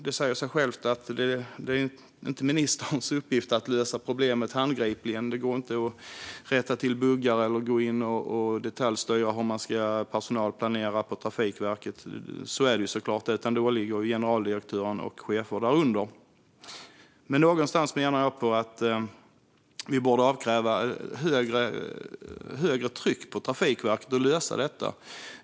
Det säger sig självt att det inte är ministerns uppgift att lösa problemet handgripligen. Det går såklart inte att rätta till buggar eller gå in och detaljstyra hur man ska personalplanera på Trafikverket, utan det åligger generaldirektören och cheferna därunder. Men jag menar att vi borde avkräva ett högre tryck på Trafikverket att lösa detta.